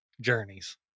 journeys